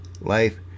Life